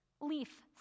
leaf